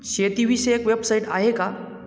शेतीविषयक वेबसाइट आहे का?